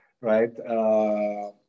right